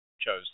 chose